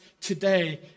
today